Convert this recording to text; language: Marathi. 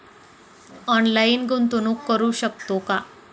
ऑनलाइन गुंतवणूक करू शकतो का?